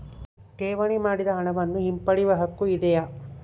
ಠೇವಣಿ ಮಾಡಿದ ಹಣವನ್ನು ಹಿಂಪಡೆಯವ ಹಕ್ಕು ಇದೆಯಾ?